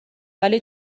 ولی